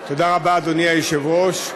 תודה רבה, אדוני היושב-ראש.